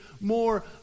more